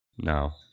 now